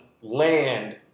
land